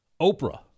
Oprah